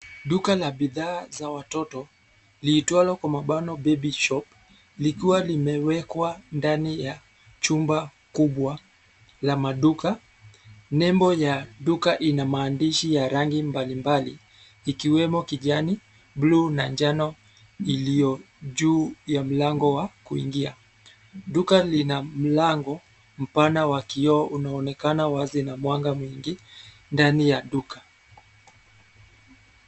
Duka la bidhaa za watoto liitwalo kwa mabano Baby Shop [cs) likiwa limewekwa ndani ya chumba kubwa la maduka. Nembo ya duka ina maandishi ya rangi mbalimbali ikiwemo kijani, bluu na njano iliyo juu ya mlango wa kuingia. Duka lina mlango mpana wa kioo unaoonekana wazi na mwanga mwingi ndani ya duka.